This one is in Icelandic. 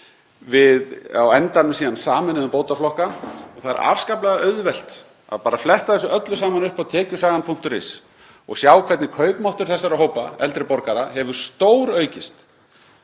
Við sameinuðum síðan á endanum bótaflokka og það er afskaplega auðvelt að fletta þessu öllu saman upp á vefnum tekjusagan.is og sjá hvernig kaupmáttur þessara hópa, eldri borgara, hefur stóraukist